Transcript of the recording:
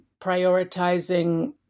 prioritizing